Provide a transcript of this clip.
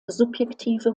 subjektive